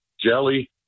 Jelly